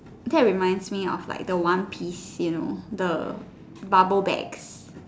that reminds me of like the one piece you know the bubble bag